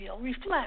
reflect